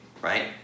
right